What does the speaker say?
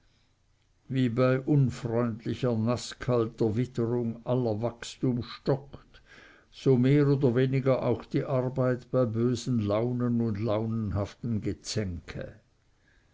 wie bei unfreundlicher naßkalter witterung aller wachstum stockt so mehr oder weniger auch die arbeit bei bösen launen und launenhaftem gezänke